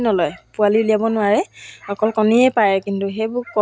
তাৰপিছত মই চিলাই আৰু ঊল গুঠা এইবোৰ